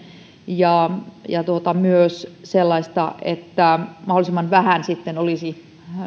ja myös sellaista että mahdollisimman vähän olisi